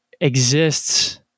exists